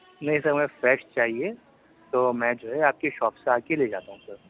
نہیں سر مجے فریش چاہیے تو میں جو ہے میں آپ کی شاپ سے آ کے لے جاتا ہوں سر